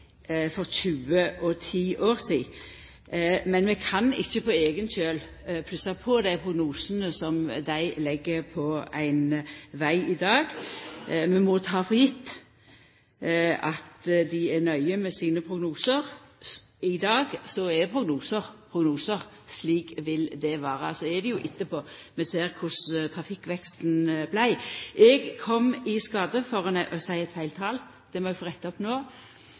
for 20 og 10 år sidan. Men vi kan ikkje på eigen kjøl plussa på dei prognosane som dei legg på ein veg i dag. Vi må ta det for gjeve at dei er nøye med prognosane sine. I dag er prognosar prognosar, slik vil det vera. Så er det etterpå vi ser korleis trafikkveksten vart. Eg kom i skade for å seia feil tal. Det må eg få retta opp